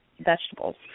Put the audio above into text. vegetables